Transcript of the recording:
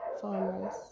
farmers